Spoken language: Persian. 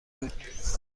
بود